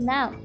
Now